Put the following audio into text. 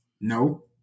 No